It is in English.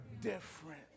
different